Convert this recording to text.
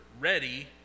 ready